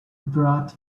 brought